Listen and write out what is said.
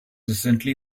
recently